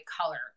color